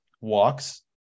walks